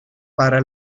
para